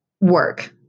work